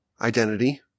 identity